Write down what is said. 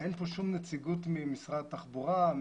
אין פה שום נציגות ממשרד התחבורה,